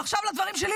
עכשיו לדברים שלי.